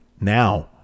now